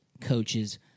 coaches